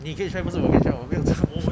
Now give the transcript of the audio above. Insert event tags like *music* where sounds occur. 你可以 try 不是我可以 try hor 我没有 cham *breath*